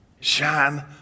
shine